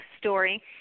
story